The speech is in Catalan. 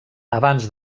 abans